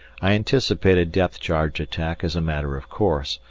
i anticipated depth-charge attack as a matter of course,